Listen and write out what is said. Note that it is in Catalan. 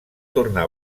tornar